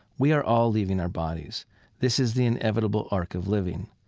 we are all leaving our bodies this is the inevitable arc of living.